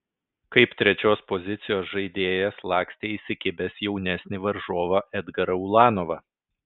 kaip trečios pozicijos žaidėjas lakstė įsikibęs jaunesnį varžovą edgarą ulanovą